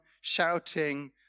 shouting